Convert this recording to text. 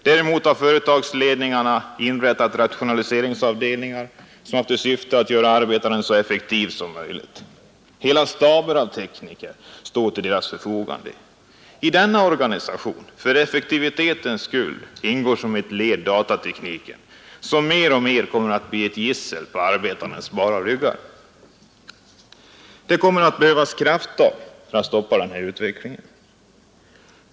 Däremot har företagsledningarna inrättat rationaliseringsavdelningar i syfte att göra arbetaren så effektiv som möjligt. Hela staber av tekniker står till företagsledningarnas förfogande. I denna organisation för effektivitetens skull ingår såsom ett led datatekniken, som mer och mer kommer att bli ett gissel på arbetarnas bara ryggar. Det behövs krafttag för att stoppa denna utveckling.